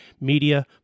media